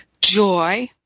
joy